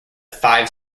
five